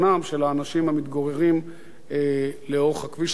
של האנשים המתגוררים לאורך הכביש הזה,